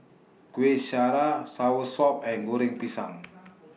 Kuih Syara Soursop and Goreng Pisang